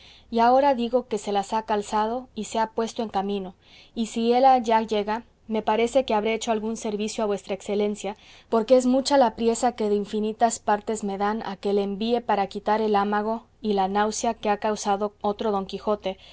y ahora digo que se las ha calzado y se ha puesto en camino y si él allá llega me parece que habré hecho algún servicio a vuestra excelencia porque es mucha la priesa que de infinitas partes me dan a que le envíe para quitar el hámago y la náusea que ha causado otro don quijote